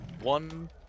one